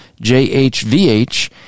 J-H-V-H